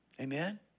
Amen